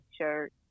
shirt